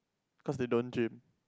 cause they don't gym